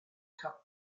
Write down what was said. cup